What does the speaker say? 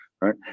Right